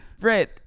right